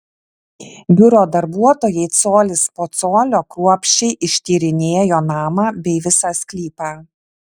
biuro darbuotojai colis po colio kruopščiai ištyrinėjo namą bei visą sklypą